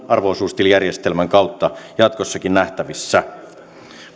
arvo osuustilijärjestelmän kautta jatkossakin nähtävissä